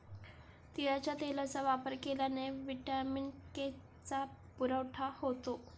तिळाच्या तेलाचा वापर केल्याने व्हिटॅमिन के चा पुरवठा होतो